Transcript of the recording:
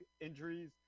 injuries